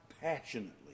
passionately